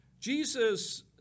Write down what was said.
Jesus